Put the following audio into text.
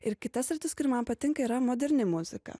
ir kita sritis kuri man patinka yra moderni muzika